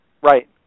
Right